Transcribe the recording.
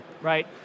right